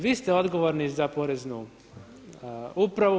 Vi ste odgovorni za Poreznu upravu.